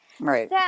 Right